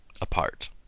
apart